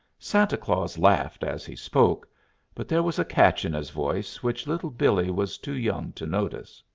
santa claus laughed as he spoke but there was a catch in his voice which little billee was too young to notice.